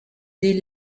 des